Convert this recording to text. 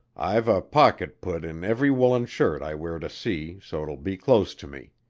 i've a pocket put in every woollen shirt i wear to sea so twill be close to me.